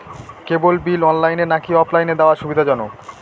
কেবল bill অনলাইনে নাকি অফলাইনে দেওয়া সুবিধাজনক?